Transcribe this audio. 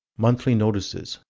monthly notices,